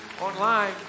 Online